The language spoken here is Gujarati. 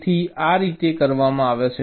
તેથી તે આ રીતે કરવામાં આવે છે